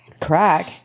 crack